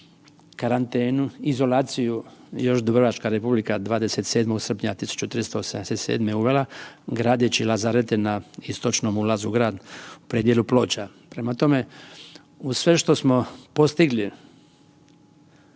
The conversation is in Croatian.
karantenu, izolaciju još Dubrovačka republika 27. srpnja 1387. uvela gradeći lazarete na istočnom ulazu u grad u predjelu Ploča. Prema tome, uz sve što smo postigli